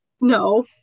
No